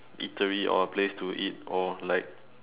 eatery or a place to eat or like